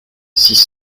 six